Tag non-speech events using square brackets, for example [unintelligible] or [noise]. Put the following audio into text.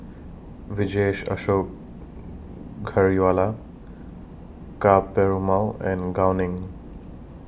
Vijesh Ashok [unintelligible] Ka Perumal and Gao Ning